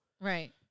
Right